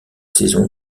saisons